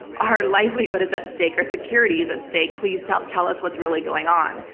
our livelihood is at stake, our security is at stake. please tell tell us what's really going on.